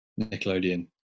Nickelodeon